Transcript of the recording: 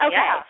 Okay